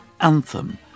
anthem